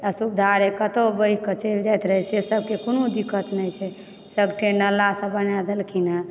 असुविधा रहय कतहुँ बहिके चलि जाइत रहय से सभके कोनो दिक्कत नहि छै सभठाम नालासभ बना देलखिन हँ